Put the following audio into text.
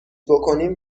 بکنیم